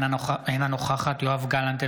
אינה נוכחת יואב גלנט,